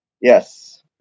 Yes